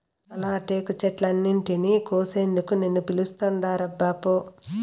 ఆల టేకు చెట్లన్నింటినీ కోసేందుకు నిన్ను పిలుస్తాండారబ్బా పో